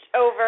over